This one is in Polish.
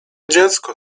dziecko